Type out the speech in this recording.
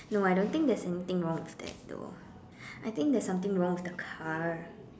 no I don't think there's anything wrong with that though I think there's something wrong with the car